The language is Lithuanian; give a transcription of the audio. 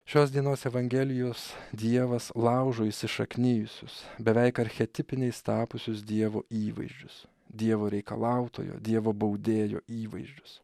šios dienos evangelijos dievas laužo įsišaknijusius beveik archetipiniais tapusius dievo įvaizdžius dievo reikalautojo dievo baudėjo įvaizdžius